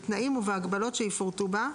בתנאים ובהגבלות שיפורטו בה,